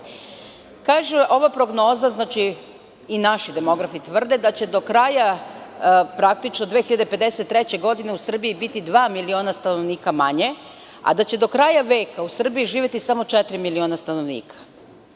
ova prognoza, naši demografi tvrde, da će do kraja praktično 2053. godine u Srbiji biti dva miliona stanovnika manje, a da će do kraja veka u Srbiji živeti samo četiri miliona stanovnika.